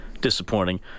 disappointing